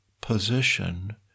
position